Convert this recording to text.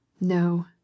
No